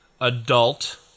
adult